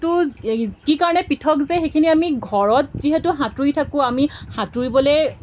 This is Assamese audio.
টো এই কি কাৰণে পৃথক যে সেইখিনি আমি ঘৰত যিহেতু সাঁতুৰি থাকোঁ আমি সাঁতুৰিবলৈ